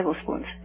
tablespoons